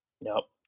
Nope